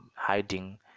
Hiding